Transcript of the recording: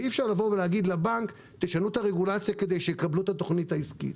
אי אפשר להגיד לבנק: תשנו את הרגולציה כדי שיקבלו את התוכנית העסקית.